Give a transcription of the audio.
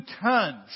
tons